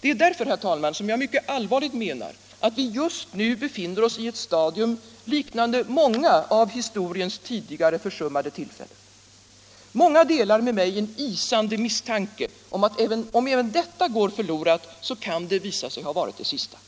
Det är därför, herr talman, som jag mycket allvarligt menar att vi just nu befinner oss i ett stadium liknande många av historiens tidigare försummade tillfällen. Många delar med mig en isande misstanke att om även detta går förlorat kan det visa sig ha varit det sista.